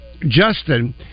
Justin